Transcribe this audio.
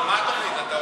מה התוכנית?